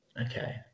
Okay